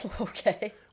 Okay